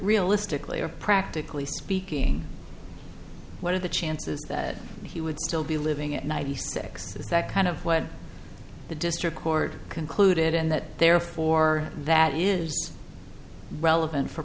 realistically or practically speaking what are the chances that he would still be living at ninety six is that kind of what the district court concluded and that therefore that is relevant for